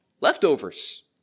leftovers